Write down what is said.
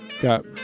got